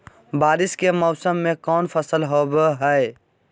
बारिस के मौसम में कौन फसल होबो हाय?